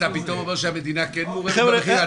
ואתה פתאום אומר שהמדינה כן מעורבת במחיר.